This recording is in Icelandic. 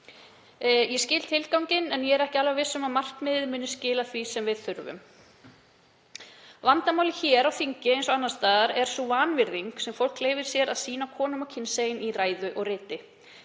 Ég skil tilganginn en ég er ekki alveg viss um að markmiðið muni skila því sem við þurfum. Vandamálið hér á þingi eins og annars staðar er sú vanvirðing sem fólk leyfir sér að sýna konum og kynsegin í ræðu og riti.